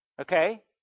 okay